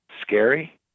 scary